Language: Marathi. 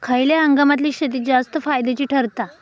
खयल्या हंगामातली शेती जास्त फायद्याची ठरता?